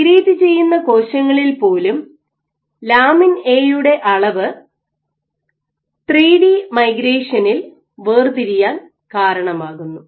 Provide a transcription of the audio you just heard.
migrate ചെയ്യുന്ന കോശങ്ങളിൽ പോലും ലാമിൻ എ യുടെ അളവ് 3 ഡി മൈഗ്രേഷനിൽ വേർതിരിയാൻ കാരണമാകുന്നു